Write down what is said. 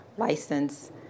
license